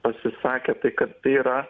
pasisakė kad tai yra